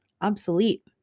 obsolete